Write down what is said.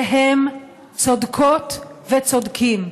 והם צודקות וצודקים.